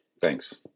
Thanks